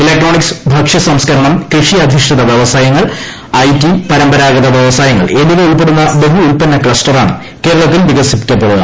electronics ഭക്ഷ്യസംസ്കരണം കൃഷിയ ധിഷ്ഠിത വൃവസായങ്ങൾ ഐടി പരമ്പരാഗത വൃവസായങ്ങൾ എന്നിവ ഉൾപ്പെടുന്ന ബഹുഉൽപന്ന ക്ലസ്റ്ററാണ് കേരളത്തിൽ വിക സിപ്പിക്കപ്പെടുക